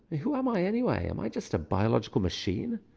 who am i anyway? am i just a biological machine?